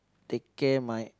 take care my